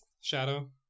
shadow